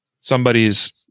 Somebody's